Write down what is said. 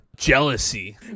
Jealousy